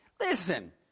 Listen